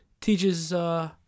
teaches